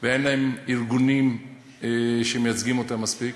ואין להן ארגונים שמייצגים אותן מספיק,